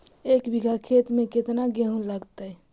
एक बिघा खेत में केतना गेहूं लगतै?